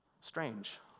Strange